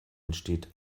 entsteht